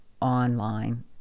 online